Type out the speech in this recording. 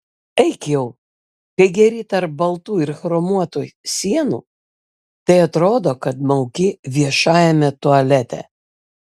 eik jau kai geri tarp baltų ir chromuotų sienų tai atrodo kad mauki viešajame tualete